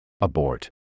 abort